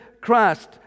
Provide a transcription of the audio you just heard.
Christ